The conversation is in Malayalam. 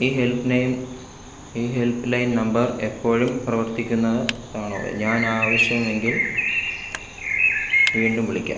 ഈ ഹെൽപ്പ് ലൈൻ ഈ ഹെൽപ്പ് ലൈൻ നമ്പർ എപ്പോഴും പ്രവർത്തിക്കുന്നത് ആണോ ഞാൻ ആവശ്യമെങ്കിൽ വീണ്ടും വിളിക്കാം